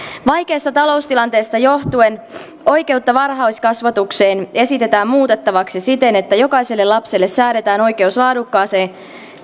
vaikeasta taloustilanteesta johtuen oikeutta varhaiskasvatukseen esitetään muutettavaksi siten että jokaiselle lapselle säädetään oikeus laadukkaaseen